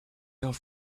off